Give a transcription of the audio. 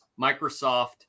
Microsoft